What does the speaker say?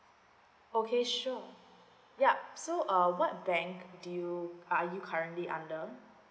okay sure yup so uh what bankdo you are you currently under